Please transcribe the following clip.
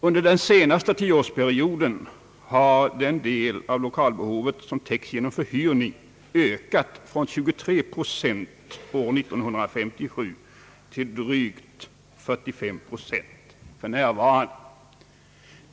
Under den senaste tioårsperioden har den del av lokalbehovet som täckts genom förhyrning ökat från 23 procent år 1957 till drygt 45 procent för närvarande.